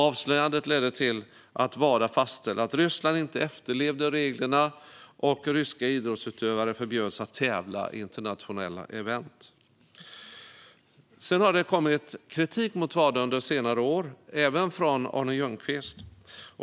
Avslöjandet ledde till att Wada fastställde att Ryssland inte efterlevde reglerna, och ryska idrottsutövare förbjöds att tävla i internationella event. Sedan har det kommit kritik mot Wada under senare år, även från Arne Ljungqvist.